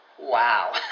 Wow